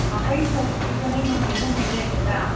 ꯑꯣ ꯍꯩ ꯊꯣꯡꯕꯒꯤꯁꯦ ꯍꯩ ꯃꯪꯒꯦꯒꯨꯝꯕꯗꯤ ꯂꯩꯒꯗ꯭ꯔꯥ